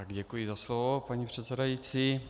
Děkuji za slovo, paní předsedající.